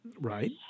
Right